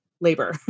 labor